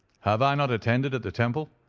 have i not attended at the temple?